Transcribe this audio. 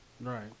Right